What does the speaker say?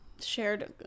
Shared